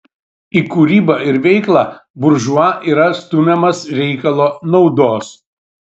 į kūrybą ir veiklą buržua yra stumiamas reikalo naudos